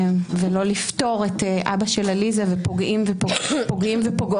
ולא לפטור את אבא של עליזה ופוגעים ופוגעות